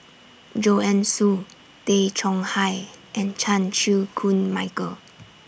Joanne Soo Tay Chong Hai and Chan Chew Koon Michael